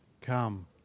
Come